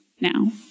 now